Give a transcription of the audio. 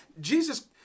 Jesus